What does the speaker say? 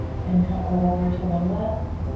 and how over to the left?